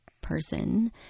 person